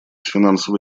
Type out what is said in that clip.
финансово